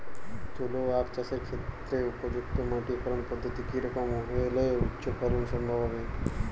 তুলো আঁখ চাষের ক্ষেত্রে উপযুক্ত মাটি ফলন পদ্ধতি কী রকম হলে উচ্চ ফলন সম্ভব হবে?